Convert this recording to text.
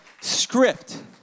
script